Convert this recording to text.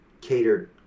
catered